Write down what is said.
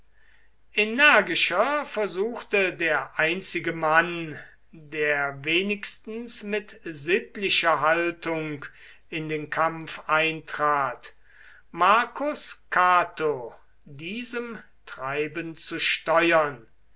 energischer versuchte der einzige mann der wenigstens mit sittlicher haltung in den kampf eintrat marcus cato diesem treiben zu steuern